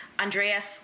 Andreas